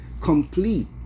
complete